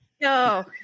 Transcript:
No